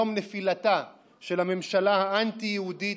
יום נפילתה של הממשלה האנטי-יהודית